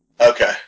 Okay